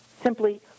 simply